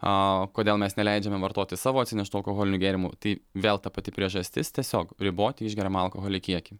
a kodėl mes neleidžiame vartoti savo atsineštų alkoholinių gėrimų tai vėl ta pati priežastis tiesiog riboti išgeriamą alkoholio kiekį